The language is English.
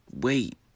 wait